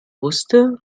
wusste